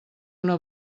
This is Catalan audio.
una